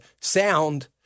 sound